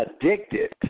addicted